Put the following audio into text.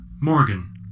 Morgan